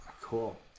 cool